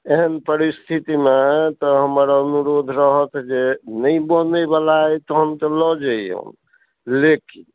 एहन परिस्थितिमे तऽ हमर अनुरोध रहत जे नहि बनयबला अइ तहन तऽ लऽ जइऔ लेकिन